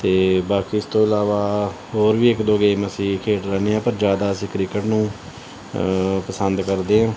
ਅਤੇ ਬਾਕੀ ਇਸ ਤੋਂ ਇਲਾਵਾ ਹੋਰ ਵੀ ਇੱਕ ਦੋ ਗੇਮਾਂ ਅਸੀਂ ਖੇਡ ਲੈਂਦੇ ਹਾਂ ਪਰ ਜ਼ਿਆਦਾ ਅਸੀਂ ਕ੍ਰਿਕਟ ਨੂੰ ਪਸੰਦ ਕਰਦੇ ਹਾਂ